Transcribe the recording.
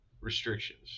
restrictions